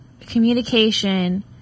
Communication